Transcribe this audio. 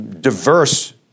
diverse